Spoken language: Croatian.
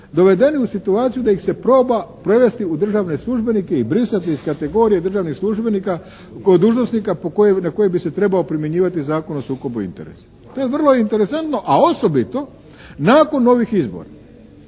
dovedeni u situaciju da ih se proba prevesti u državne službenike i brisati ih iz kategorije državnih službenika k'o dužnosnika na koje bi se trebao primjenjivati Zakon o sukobu interesa. To je vrlo interesantno a osobito nakon ovih izbora,